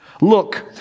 Look